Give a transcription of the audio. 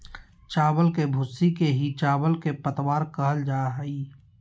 चावल के भूसी के ही चावल के पतवार कहल जा हई